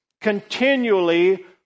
continually